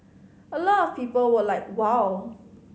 a lot of people were like wow